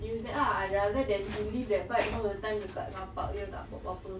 use that lah rather than to leave that bike all the time kat car park jer tak buat apa-apa